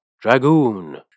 Dragoon